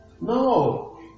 No